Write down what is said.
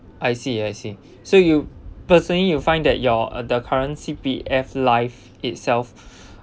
I see I see so you personally you find that your uh the current C_P_F life itself